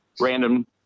random